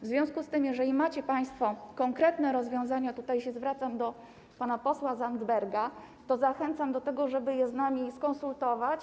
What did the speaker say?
W związku z tym, jeżeli macie państwo konkretne rozwiązania, zwracam się do pana posła Zandberga, to zachęcam do tego, żeby je z nami skonsultować.